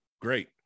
great